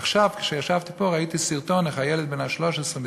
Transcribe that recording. עכשיו כשישבתי פה ראיתי סרטון איך הילד בן ה-13,